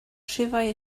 rhifau